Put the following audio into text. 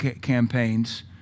campaigns